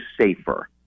safer